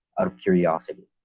of curiosity.